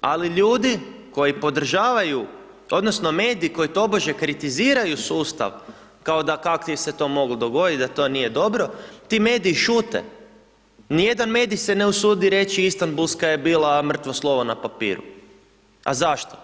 ali ljudi koji podržavaju odnosno mediji koji tobože kritiziraju sustav kao da kak ti se to moglo dogoditi, da to nije dobro, ti mediji šute, nijedan medij se ne usudi reći Istambulska je bila mrtvo slovo na papiru, a zašto?